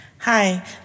Hi